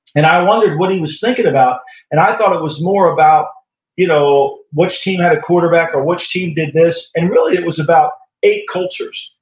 and i wondered what he was thinking about and i thought it was more about you know which team had a quarterback, or which team did this, and really it was about eight cultures,